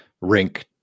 rink